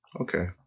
Okay